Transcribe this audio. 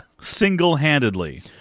Single-handedly